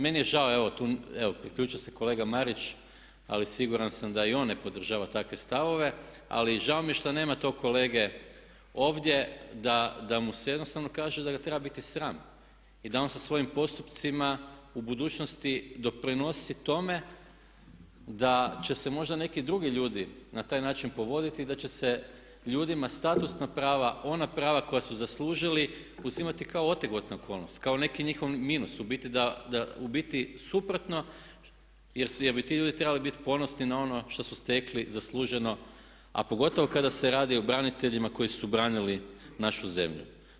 Meni je žao, evo priključio se kolega Marić ali siguran sam da i on ne podržava takve stavove, ali žao mi je što nema tog kolege ovdje da mu se jednostavno kaže da ga treba biti sram i da on sa svojim postupcima u budućnosti doprinosi tome da će se možda neki drugi ljudi na taj način povoditi i da će se ljudima statusna prava, ona prava koja su zaslužili, uzimati kao otegotna okolnost, kao neki njihov minus, u biti suprotno jer bi ti ljudi trebali biti ponosni na ono što su stekli zasluženo, a pogotovo kada se radi o braniteljima koji su branili našu zemlju.